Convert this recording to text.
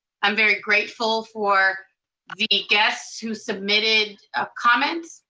i'm very grateful for the guests who submitted ah comments,